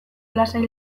lasai